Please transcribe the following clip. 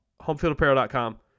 Homefieldapparel.com